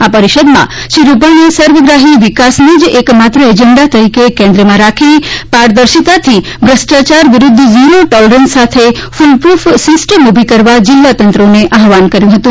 આ પરિષદમાં શ્રી રૂપાણીએ સર્વગ્રાહી વિકાસને જ એક માત્ર એજન્ડા તરીકે કેન્દ્રમાં રાખી પારદર્શિતાથી ભ્રષ્ટાચાર વિરૂધ્ધ ઝીરો ટોલરન્સ સાથે ફુલપ્રફ સિસ્ટમ ઊભી કરવા જિલ્લા તંત્રોને આહવાન કર્યું હતું